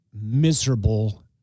miserable